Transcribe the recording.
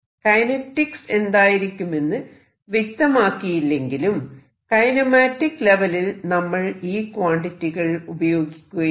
kinetics എന്തായിരിക്കുമെന്ന് വ്യക്തമാക്കിയില്ലെങ്കിലും kinematic ലെവലിൽ നമ്മൾ ഈ ക്വാണ്ടിറ്റികൾ ഉപയോഗിക്കുകയാണ്